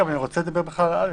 אבל, אני רוצה לדבר רגע בכלל על (א).